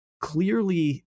clearly